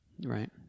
Right